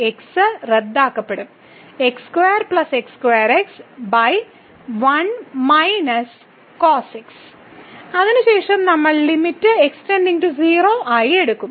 ഈ x റദ്ദാക്കപ്പെടും അതിനുശേഷം നമ്മൾ ലിമിറ്റ് x → 0 ആയി എടുക്കും